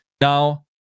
Now